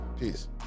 Peace